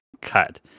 cut